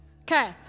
Okay